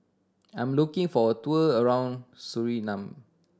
I'm looking for a tour around Suriname